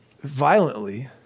violently